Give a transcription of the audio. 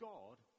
God